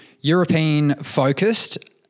European-focused